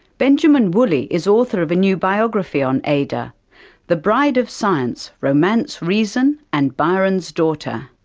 benjamin woolley is author of a new biography on ada the bride of science romance, reason and byron's daughter.